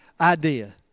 idea